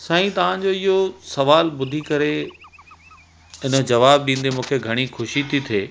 साई तव्हांजो इहो सुवाल ॿुधी करे हिन जवाबु ॾींदे मूंखे घणी ख़ुशी थी थिए